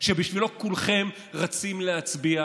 שבשבילו כולכם רצים להצביע